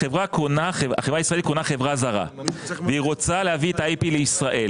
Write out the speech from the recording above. החברה הישראלית קונה חברה זרה והיא רוצה להביא את ה-IP לישראל.